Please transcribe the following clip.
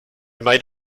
might